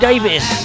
Davis